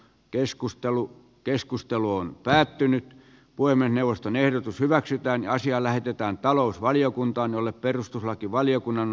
keskustelu keskustelu on päättynyt voimme neuvoston ehdotus hyväksytään asiaa lähdetään talousvaliokuntaan jolle perustuslakivaliokunnan